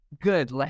good